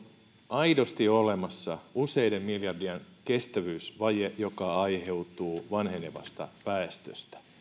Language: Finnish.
aidosti olemassa useiden miljardien kestävyysvaje joka aiheutuu vanhenevasta väestöstä